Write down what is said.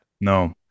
No